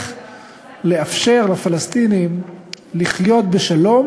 גם על מוסדות פיננסיים וגם על מוסדות ריאליים